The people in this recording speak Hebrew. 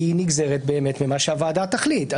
היא נגזרת ממה שהוועדה תחליט.